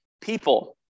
people